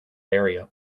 area